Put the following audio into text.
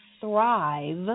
thrive